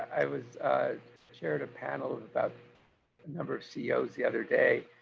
i was shared a panel about number of ceos the other day.